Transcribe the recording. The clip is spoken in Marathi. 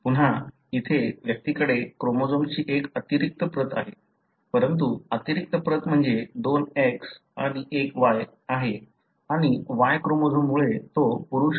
पुन्हा इथे व्यक्तीकडे क्रोमोझोम्सची एक अतिरिक्त प्रत आहे परंतु अतिरिक्त प्रत म्हणजे दोन X आणि एक Y आहे आणि Y क्रोमोझोम्समुळे तो पुरुष आहे